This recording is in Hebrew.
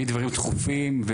מדברים דחופים,